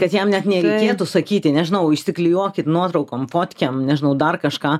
kad jam net nereikėtų sakyt nežinau išsiklijuokit nuotraukom fotkėm nežinau dar kažką